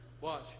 Watch